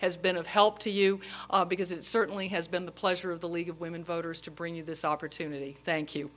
has been of help to you because it certainly has been the pleasure of the league of women voters to bring you this opportunity thank you